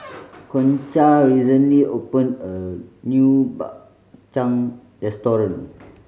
Concha recently opened a new Bak Chang restaurant